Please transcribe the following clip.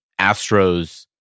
Astros